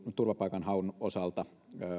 turvapaikan haun osalta